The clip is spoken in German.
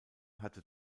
hatte